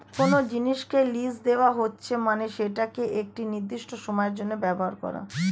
কোনো জিনিসকে লীজ দেওয়া হচ্ছে মানে সেটাকে একটি নির্দিষ্ট সময়ের জন্য ব্যবহার করা